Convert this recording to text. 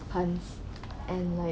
puns and like